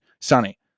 Sunny